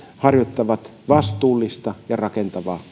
harjoittavat vastuullista ja rakentavaa